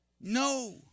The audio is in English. No